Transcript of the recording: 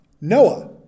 Noah